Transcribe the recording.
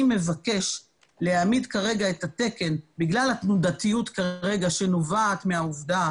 אני מבקש להעמיד כרגע את התקן בגלל התנודתיות שנובעת מהעובדה